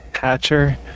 hatcher